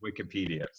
Wikipedia